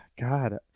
god